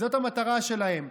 זאת המטרה שלהם.